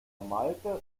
malte